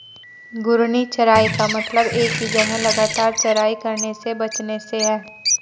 घूर्णी चराई का मतलब एक ही जगह लगातार चराई करने से बचने से है